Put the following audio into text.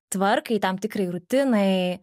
tvarkai tam tikrai rutinai